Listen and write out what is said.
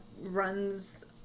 runs